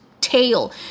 tail